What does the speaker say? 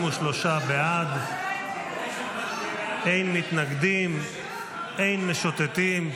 33 בעד, אין מתנגדים, אין משוטטים.